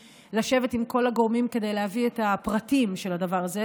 לשבת עם כל הגורמים כדי להביא את הפרטים של הדבר הזה,